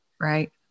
Right